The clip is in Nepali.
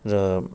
र